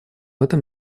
этом